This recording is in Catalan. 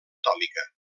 atòmica